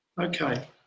Okay